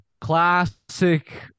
Classic